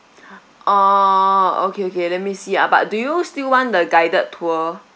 orh okay okay let me see ah but do you still want the guided tour